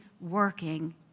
working